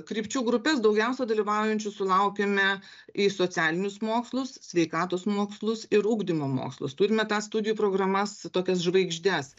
krypčių grupes daugiausia dalyvaujančių sulaukiame į socialinius mokslus sveikatos mokslus ir ugdymo mokslus turime tą studijų programas tokias žvaigždes